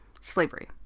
Slavery